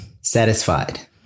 Satisfied